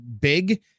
big